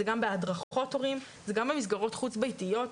גם בהדרכות בהורים וזה גם במסגרות חוץ ביתיות.